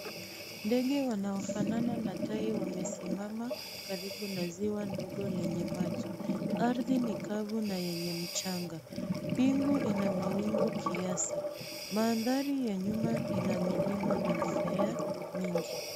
Ndege wanaofanana na tai wamesimama karibu na ziwa dogo lenye maji. Ardhi ni kavu na yenye mchanga, mbingu ina mawingu kiasi, mandhari ya nyuma ina milima na mimea, mingi.